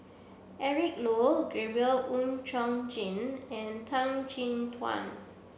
Eric Low Gabriel Oon Chong Jin and Tan Chin Tuan